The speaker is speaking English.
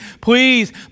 please